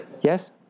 yes